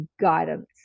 guidance